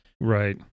Right